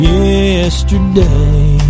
yesterday